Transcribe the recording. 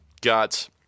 got